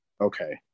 Okay